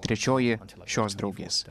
trečioji šios draugės